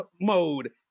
mode